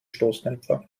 stoßdämpfer